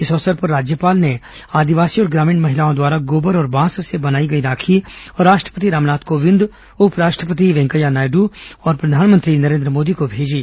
इस अवसर पर राज्यपाल ने आदिवासी और ग्रामीण महिलाओं द्वारा गोबर और बांस से बनाई गई राखी राष्ट्रपति रामनाथ कोविंद उपराष्ट्रपति वेंकैया नायडू और प्रधानमंत्री नरेन्द्र मोदी को भेजी